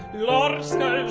lot of stuff